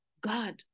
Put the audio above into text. God